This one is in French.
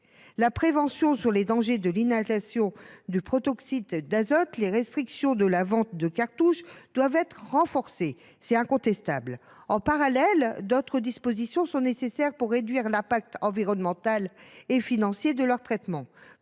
La prévention sur les dangers de l’inhalation du protoxyde d’azote et les restrictions à la vente de cartouches doivent incontestablement être renforcées. En parallèle, d’autres dispositions sont nécessaires pour réduire l’impact environnemental et financier du traitement